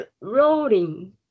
rolling